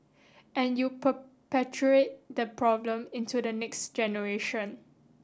and you perpetuate the problem into the next generation